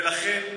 ולכן,